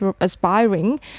aspiring